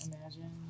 imagine